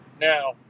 Now